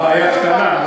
בעיה קטנה.